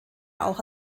auch